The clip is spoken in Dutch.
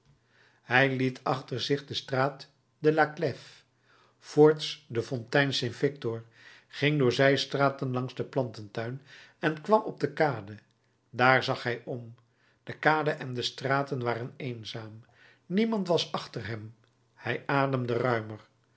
hij liet achter zich de straat de la clef voorts de fontein st victor ging door zijstraten langs den plantentuin en kwam op de kade daar zag hij om de kade en de straten waren eenzaam niemand was achter hem hij ademde ruimer